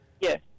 Yes